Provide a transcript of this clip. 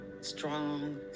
strong